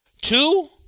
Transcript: Two